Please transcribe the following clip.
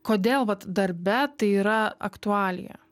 kodėl vat darbe tai yra aktualija